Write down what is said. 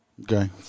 Okay